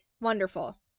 wonderful